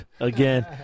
again